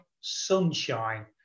sunshine